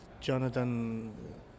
Jonathan